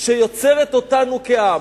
שיוצרת אותנו כעם,